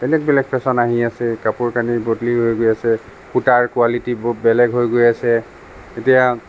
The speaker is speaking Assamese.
বেলেগ বেলেগ ফেশ্বন আহি আছে কাপোৰ কানি বদলি হৈ গৈ আছে সূতাৰ কোৱালিটিবোৰ বেলেগ হয় গৈ আছে এতিয়া